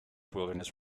wilderness